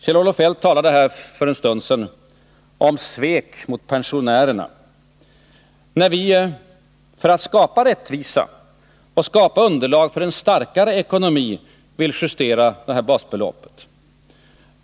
Kjell-Olof Feldt talade här för en stund sedan om svek mot pensionärerna när vi, för att skapa rättvisa och underlag för en starkare ekonomi, vill justera basbeloppet.